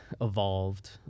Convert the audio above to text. evolved